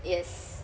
yes